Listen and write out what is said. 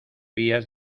vías